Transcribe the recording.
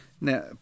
Now